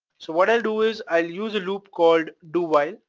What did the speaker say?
so what i'll do is, i'll use a loop called do while,